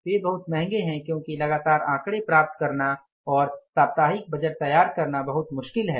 वे बहुत महंगे हैं क्योंकि लगातार आकडे प्राप्त करना और साप्ताहिक बजट तैयार करना बहुत मुश्किल है